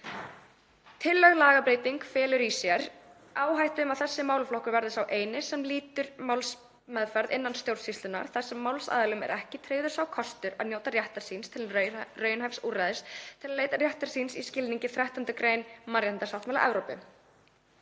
Tillögð lagabreyting felur í sér áhættu um að þessi málaflokkur verði sá eini sem lýtur málsmeðferð innan stjórnsýslunnar þar sem málsaðilum er ekki tryggður sá kostur að njóta réttar síns til raunhæfs úrræðis til að leita réttar síns í skilningi 13. gr. Mannréttindasáttmála Evrópu.